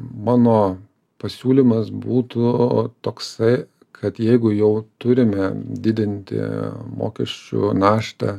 mano pasiūlymas būtų toksai kad jeigu jau turime didinti mokesčių naštą